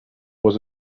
was